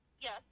Yes